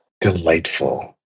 Delightful